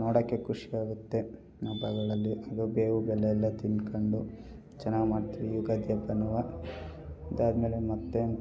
ನೋಡೋಕೆ ಖುಷಿ ಆಗುತ್ತೆ ಹಬ್ಬಗಳಲ್ಲಿ ಅದು ಬೇವು ಬೆಲ್ಲ ಎಲ್ಲ ತಿಂದ್ಕೊಂಡು ಚೆನ್ನಾಗಿ ಮಾಡ್ತೀವಿ ಯುಗಾದಿ ಹಬ್ಬನೂ ಅದಾದ್ಮೇಲೆ ಮತ್ತು